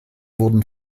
wurden